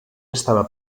estava